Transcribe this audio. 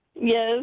Yes